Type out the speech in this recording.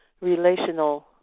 relational